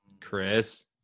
Chris